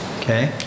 Okay